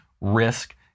risk